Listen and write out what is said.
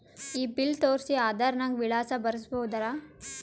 ಈ ಬಿಲ್ ತೋಸ್ರಿ ಆಧಾರ ನಾಗ ವಿಳಾಸ ಬರಸಬೋದರ?